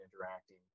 interacting